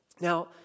Now